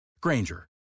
Granger